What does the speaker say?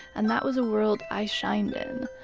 and that was a world i shined in.